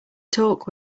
talk